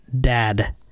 dad